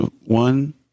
one